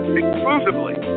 exclusively